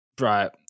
right